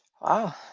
wow